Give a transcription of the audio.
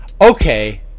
Okay